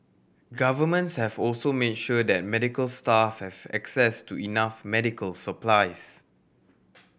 governments have also made sure that medical staff have access to enough medical supplies